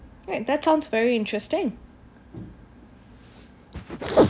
alright that sounds very interesting